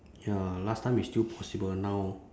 ya last time is still possible now